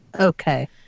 Okay